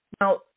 Now